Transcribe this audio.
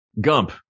Gump